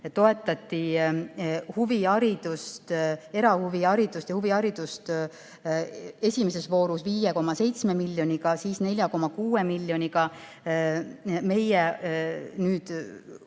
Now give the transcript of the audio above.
toetati huviharidust, erahuviharidust ja huviharidust esimeses voorus 5,7 miljoniga, siis 4,6 miljoniga. Meie uue valitsusega